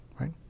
Right